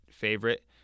favorite